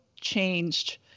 changed